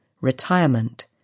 retirement